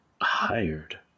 Hired